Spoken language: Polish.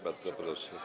Bardzo proszę.